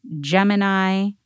Gemini